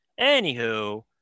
anywho